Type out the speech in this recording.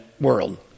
world